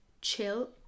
chill